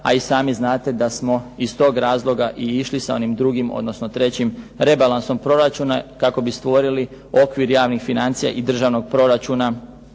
A i sami znate da smo iz toga razloga išli sa onim drugim, odnosno trećim rebalansom proračuna kako bi stvorili okvir javnih financija i državnog proračuna